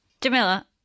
Jamila